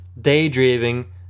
daydreaming